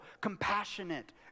compassionate